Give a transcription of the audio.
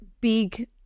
big